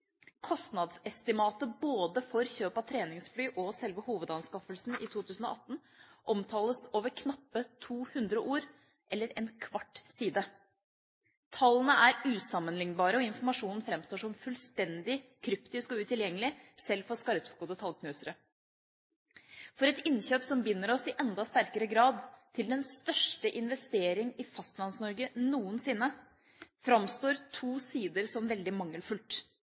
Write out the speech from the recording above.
Kostnadsestimatet både for kjøp av treningsfly og for selve hovedanskaffelsen i 2018 omtales med knappe 200 ord – eller på en kvart side. Tallene er usammenlignbare, og informasjonen framstår som fullstendig kryptisk og utilgjengelig, sjøl for skarpskodde tallknusere. For et innkjøp som binder oss i enda sterkere grad til den største investering i Fastlands-Norge noensinne, framstår to sider som veldig mangelfullt.